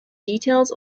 details